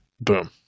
boom